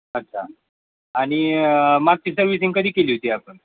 अच्छा आणि मागची सर्व्हिसिंग कधी केली होती आपण